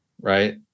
right